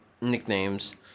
nicknames